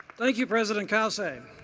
thank you president cauce.